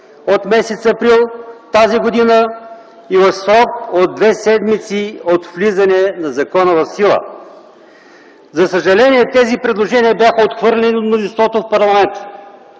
от месец април, тази година, и в срок от две седмици от влизане на закона в сила. За съжаление тези предложения бяха отхвърлени от мнозинството в парламента.